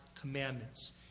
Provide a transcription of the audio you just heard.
commandments